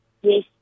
yes